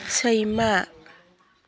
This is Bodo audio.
सैमा